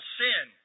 sin